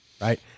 right